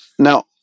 Now